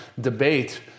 debate